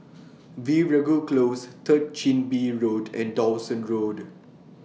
Veeragoo Close Third Chin Bee Road and Dawson Road